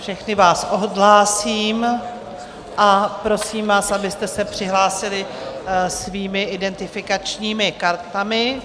Všechny vás odhlásím a prosím vás, abyste se přihlásili svými identifikačními kartami.